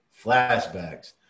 flashbacks